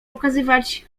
okazywać